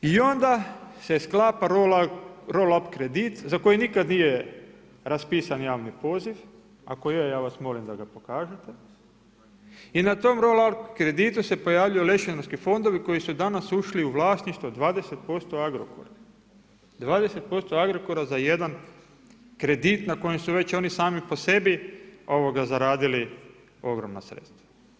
I onda se sklapa roll up kredit za koji nikada nije raspisan javni poziv, ako je, ja vas molim da mi pokažete i na tom roll up kreditu se pojavljuju lešinarski fondovi koji su danas ušli u vlasništvo 20% Agrokora, 20% Agrokora za jedan kredit na koji su oni već sami po sebi zaradili ogromna sredstava.